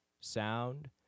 sound